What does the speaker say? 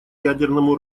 ядерному